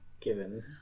given